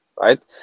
Right